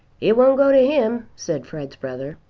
it won't go to him, said fred's brother.